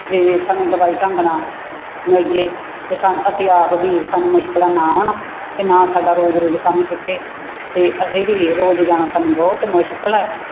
ਜੇ ਸਾਨੂੰ ਦਵਾਈ ਢੰਗ ਨਾਲ ਮਿਲ ਜੇ ਤਾਂ ਸਾਨ ਅਸੀਂ ਆਪ ਵੀ ਸਾਨੂੰ ਮੁਸ਼ਕਲਾਂ ਨਾ ਆਉਣ ਅਤੇ ਨਾ ਸਾਡਾ ਰੋਜ਼ ਰੋਜ਼ ਕੰਮ ਛੁੱਟੇ ਅਤੇ ਅਸੀਂ ਵੀ ਰੋਜ਼ ਜਾਣਾ ਸਾਨੂੰ ਬਹੁਤ ਮੁਸ਼ਕਲ ਹੈ